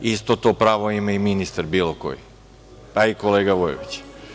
Isto to pravo ima i ministar bilo koji, pa i kolega Vujović.